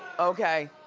okay.